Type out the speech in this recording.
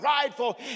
prideful